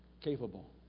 capable